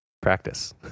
Practice